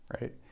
right